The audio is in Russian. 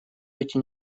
эти